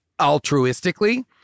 altruistically